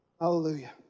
Hallelujah